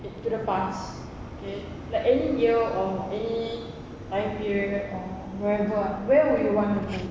to the past okay like any year or any time period or wherever ah where would you want to go